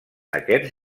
aquests